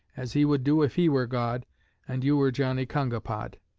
as he would do if he were god and you were johnnie kongapod